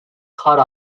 caught